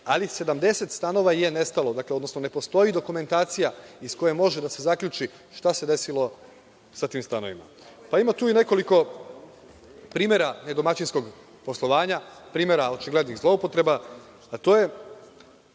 ali 70 stanova je nestalo, odnosno ne postoji dokumentacija iz koje može da se zaključi šta se desilo sa tim stanovima. Ima tu i nekoliko primera nedomaćinskog poslovanja, primera očiglednih zloupotreba, a to je